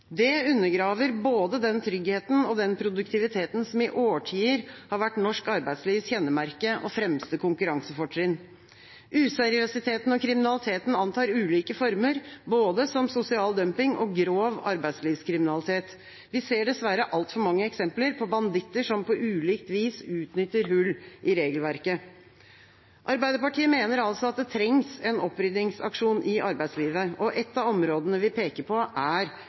Det undergraver både den tryggheten og den produktiviteten som i årtier har vært norsk arbeidslivs kjennemerke og fremste konkurransefortrinn. Useriøsiteten og kriminaliteten antar ulike former, både som sosial dumping og som grov arbeidslivskriminalitet. Vi ser dessverre altfor mange eksempler på banditter som på ulikt vis utnytter hull i regelverket. Arbeiderpartiet mener altså at det trengs en oppryddingsaksjon i arbeidslivet, og ett av områdene vi peker på, er